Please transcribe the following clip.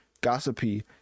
gossipy